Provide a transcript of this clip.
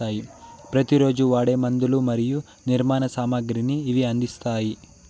ప్రతి రోజు వాడే మందులు మరియు నిర్మాణ సామాగ్రిని ఇవి అందిస్తాయి